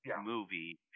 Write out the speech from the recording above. Movie